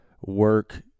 work